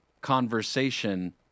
conversation